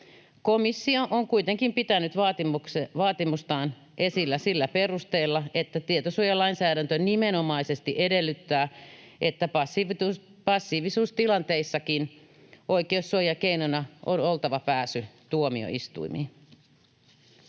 Komissio on kuitenkin pitänyt vaatimustaan esillä sillä perusteella, että tietosuojalainsäädäntö nimenomaisesti edellyttää, että passiivisuustilanteissakin oikeussuojakeinona on oltava pääsy tuomioistuimiin.